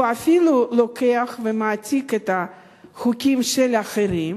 הוא אפילו לוקח ומעתיק חוקים של אחרים,